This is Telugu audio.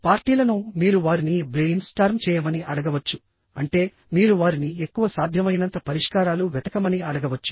పార్టీలను మీరు వారిని బ్రెయిన్ స్టార్మ్ చేయమని అడగవచ్చు అంటే మీరు వారిని ఎక్కువ సాధ్యమైనంత పరిష్కారాలు వెతకమని అడగవచ్చు